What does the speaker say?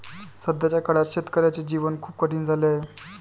सध्याच्या काळात शेतकऱ्याचे जीवन खूप कठीण झाले आहे